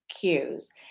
cues